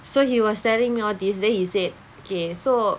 so he was telling me all these then he said okay so